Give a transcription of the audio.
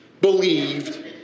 believed